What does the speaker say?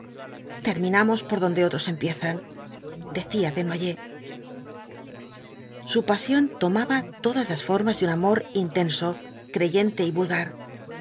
terminamos por donde otros empiezan decía desnoy ers su pasión tomaba todas las formas de un amor intenso creyente y vulgar